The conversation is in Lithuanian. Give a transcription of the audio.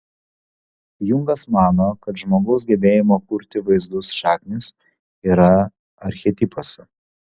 jungas mano kad žmogaus gebėjimo kurti vaizdus šaknys yra archetipuose